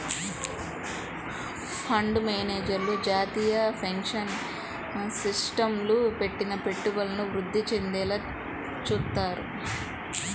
fund మేనేజర్లు జాతీయ pension సిస్టమ్లో పెట్టిన పెట్టుబడులను వృద్ధి చెందేలా చూత్తారు